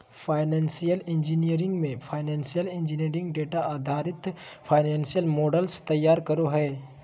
financial engineering मे financial engineer data आधारित financial models तैयार करो हय